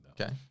Okay